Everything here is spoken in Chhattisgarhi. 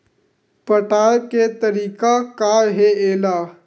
पटाय के तरीका का हे एला?